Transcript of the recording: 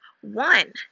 One